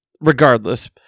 regardless